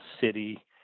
city